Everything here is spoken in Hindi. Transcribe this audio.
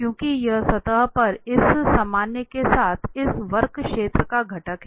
क्योंकि यह सतह पर इस सामान्य के साथ इस वेग क्षेत्र का घटक है